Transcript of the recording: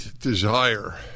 desire